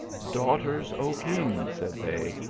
daughters, o king, said they,